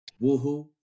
woohoo